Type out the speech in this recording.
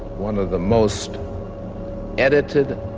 one of the most edited,